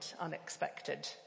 unexpected